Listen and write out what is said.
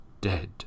dead